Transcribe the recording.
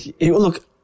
Look